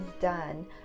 done